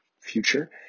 future